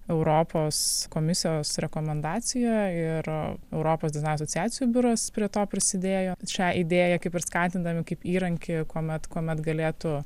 europos komisijos rekomendacija ir europos dizaino asosiasijų biuras prie to prisidėjo šią idėją kaip ir skatindami kaip įrankį kuomet kuomet galėtų